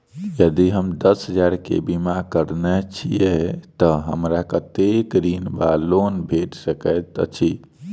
यदि हम दस हजार केँ बीमा करौने छीयै तऽ हमरा कत्तेक ऋण वा लोन भेट सकैत अछि?